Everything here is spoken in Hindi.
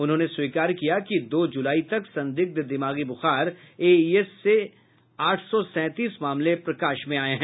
उन्होंने स्वीकार किया कि दो जुलाई तक संदिग्ध दिमागी बुखार एईएस के आठ सौ सैंतीस मामले प्रकाश में आये हैं